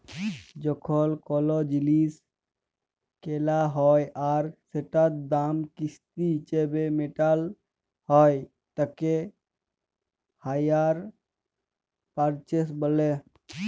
যখল কল জিলিস কেলা হ্যয় আর সেটার দাম কিস্তি হিছাবে মেটাল হ্য়য় তাকে হাইয়ার পারচেস ব্যলে